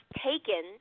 taken